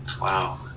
Wow